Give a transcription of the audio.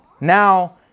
now